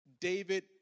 David